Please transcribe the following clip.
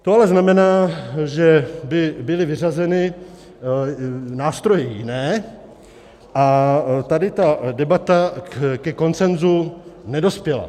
To ale znamená, že by byly vyřazeny nástroje jiné, a tady ta debata ke konsenzu nedospěla.